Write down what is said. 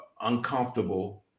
uncomfortable